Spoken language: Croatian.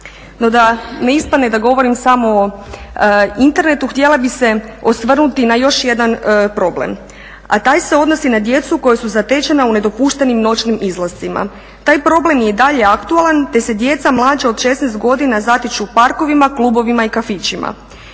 No da ne ispadne da govorim samo o internetu htjela bih se osvrnuti na još jedan problem a taj se odnosi na djecu koja su zatečena u nedopuštenim noćnim izlascima. Taj problem je i dalje aktualan te se djeca mlađa od 16 godina zatiču u parkovima, klubovima i kafićima.